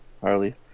Harley